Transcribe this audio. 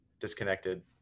Disconnected